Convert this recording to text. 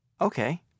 Okay